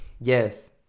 Yes